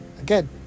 again